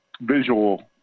visual